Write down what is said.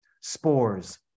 Spores